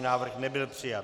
Návrh nebyl přijat.